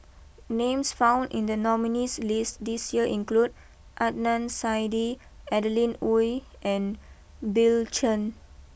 names found in the nominees list this year include Adnan Saidi Adeline Ooi and Bill Chen